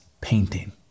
painting